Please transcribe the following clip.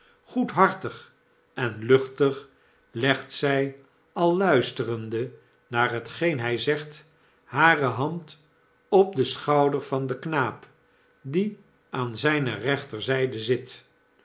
goedhartig en luchtig legt zy al luisterende naar hetgeen hij zegt hare hand op den schouder van'den knaap die aan zijne rechterzijde zit